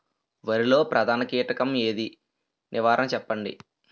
వరిలో ప్రధాన కీటకం ఏది? నివారణ చెప్పండి?